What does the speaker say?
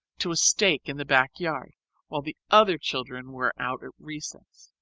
to a stake in the back yard while the other children were out at recess.